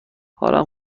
حالم